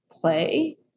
play